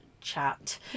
chat